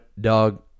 dog